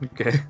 Okay